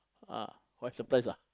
ah why surprise